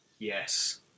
Yes